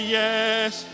yes